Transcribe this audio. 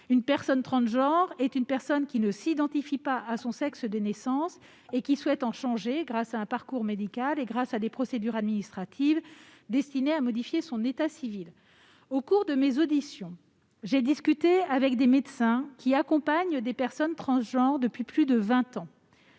Une personne transgenre est une personne qui ne s'identifie pas à son sexe de naissance et qui souhaite en changer grâce à un parcours médical et des procédures administratives destinées à modifier son état civil. Au cours de mes auditions, j'ai discuté avec des médecins qui accompagnent des personnes transgenres depuis plus de vingt ans.